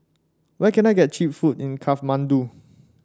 where can I get cheap food in Kathmandu